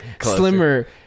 slimmer